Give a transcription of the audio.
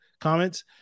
comments